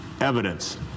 evidence